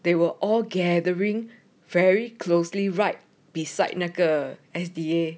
they were all gathering very closely right beside 那个 S_D_A